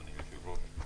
אדוני היושב-ראש.